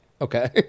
Okay